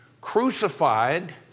crucified